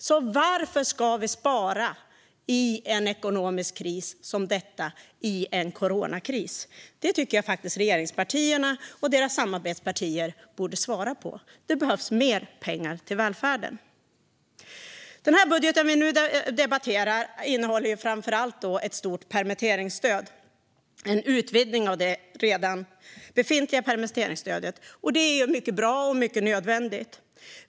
Så varför spara under en ekonomisk kris som denna - en coronakris? Det tycker jag att regeringspartierna och samarbetspartierna borde svara på. Det behövs mer pengar till välfärden. Den budget vi nu debatterar innehåller framför allt ett stort permitteringsstöd, det vill säga en utvidgning av det redan befintliga permitteringsstödet. Det är mycket bra och mycket nödvändigt.